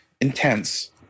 intense